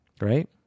right